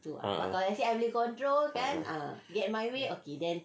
ah